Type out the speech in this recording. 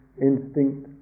instinct